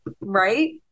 right